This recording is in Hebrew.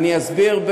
אני חייב להגיד משהו.